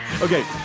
Okay